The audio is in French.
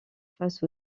face